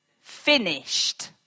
finished